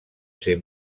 ser